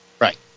Right